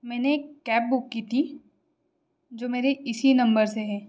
मैंने एक cab book की थी जो मेरे इसी नंबर से है